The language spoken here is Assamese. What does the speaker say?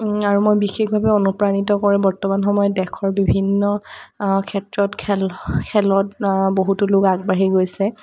আৰু মই বিশেষভাৱে অনুপ্ৰাণিত কৰে বৰ্তমান সময়ত দেশৰ বিভিন্ন ক্ষেত্ৰত খেল খেলত বহুতো লোক আগাবাঢ়ি গৈছে